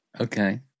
Okay